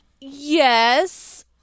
Yes